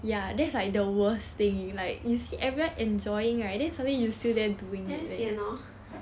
damn sian hor